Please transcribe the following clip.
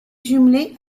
jumelé